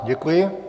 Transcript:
Děkuji.